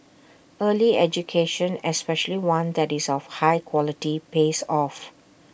early education especially one that is of high quality pays off